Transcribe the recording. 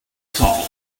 salt